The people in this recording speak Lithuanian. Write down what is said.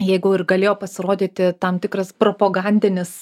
jeigu ir galėjo pasirodyti tam tikras propagandinis